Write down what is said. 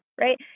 right